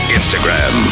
Instagram